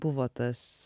buvo tas